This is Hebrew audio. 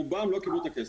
רובם לא קיבלו את הכסף.